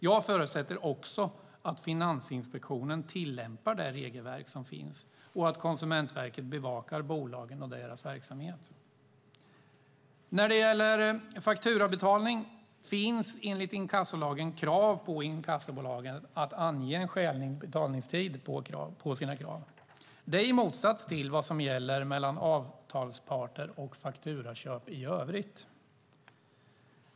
Jag förutsätter också att Finansinspektionen tillämpar det regelverk som finns och att Konsumentverket bevakar bolagen och deras verksamhet. När det gäller fakturabetalning finns det enligt inkassolagen krav på att inkassobolagen ska ange en skälig betalningstid på sina krav. Detta står i motsats till vad som gäller mellan avtalsparter och fakturaköp i övrigt.